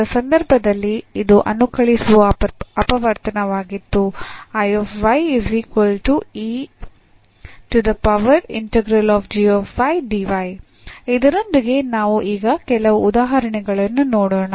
ಇತರ ಸಂದರ್ಭದಲ್ಲಿ ಇದು ಅನುಕಲಿಸುವ ಅಪವರ್ತನವಾಗಿತ್ತು ಇದರೊಂದಿಗೆ ನಾವು ಈಗ ಕೆಲವು ಉದಾಹರಣೆಗಳನ್ನು ನೋಡೋಣ